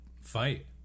fight